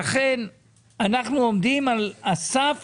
לכן אנחנו עומדים על הסף